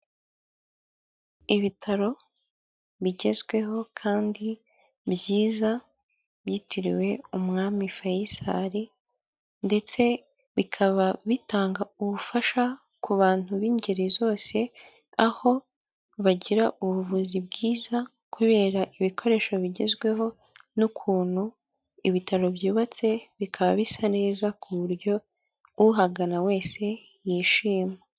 Ibitaro bigezweho kandi byiza byitiriwe umwami Faisal ndetse bikaba bitanga ubufasha ku bantu b'ingeri zose, aho bagira ubuvuzi bwiza kubera ibikoresho bigezweho n'ukuntu ibitaro byubatse, bikaba bisa neza ku buryo uhagana wese yishima.